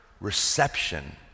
reception